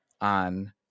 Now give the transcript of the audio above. on